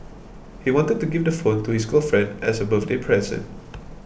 he wanted to give the phone to his girlfriend as a birthday present